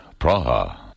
Praha